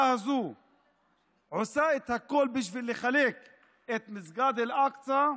הזו עושה את הכול בשביל לחלק את מסגד אל-אקצא,